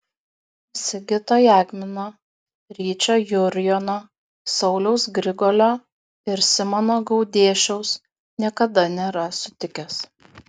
sigito jagmino ryčio jurjono sauliaus grigolio ir simono gaudėšiaus niekada nėra sutikęs